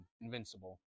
Invincible